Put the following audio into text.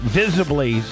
visibly